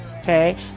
okay